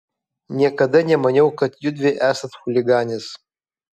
niekada nemaniau kad judvi esat chuliganės